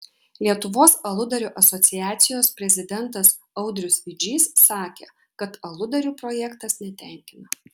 lietuvos aludarių asociacijos prezidentas audrius vidžys sakė kad aludarių projektas netenkina